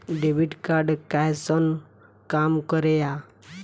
Debit card कैसन काम करेया?